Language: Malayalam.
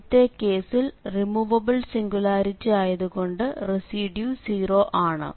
ആദ്യത്തേ കേസിൽ റിമൂവബിൾ സിംഗുലാരിറ്റി ആയതു കൊണ്ട് റെസിഡ്യൂ 0 ആണ്